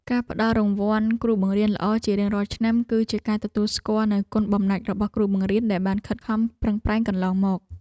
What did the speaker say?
ការផ្តល់រង្វាន់គ្រូបង្រៀនល្អជារៀងរាល់ឆ្នាំគឺជាការទទួលស្គាល់នូវគុណបំណាច់របស់គ្រូបង្រៀនដែលបានខិតខំប្រឹងប្រែងកន្លងមក។